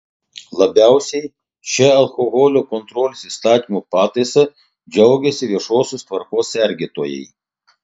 labiausiai šia alkoholio kontrolės įstatymo pataisa džiaugiasi viešosios tvarkos sergėtojai